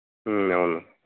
అవును